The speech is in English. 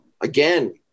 again